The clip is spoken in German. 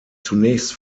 zunächst